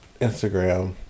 Instagram